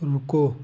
रुको